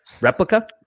Replica